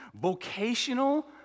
vocational